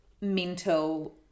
mental